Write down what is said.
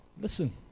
Listen